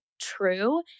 true